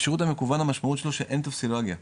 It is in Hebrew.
השירות המקוון המשמעות שלו שאין טופסולוגיה,